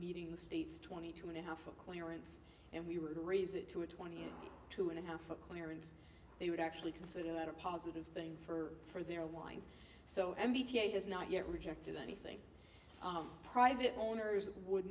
meeting the state's twenty two and a half a clearance and we were to raise it to a twenty two and a half a clearance they would actually consider that a positive thing for their wine so m b t has not yet rejected anything private owners would